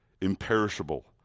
imperishable